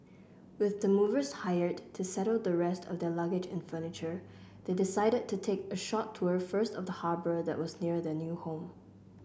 with the movers hired to settle the rest of their luggage and furniture they decided to take a short tour first of the harbour that was near their new home